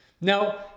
Now